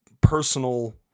personal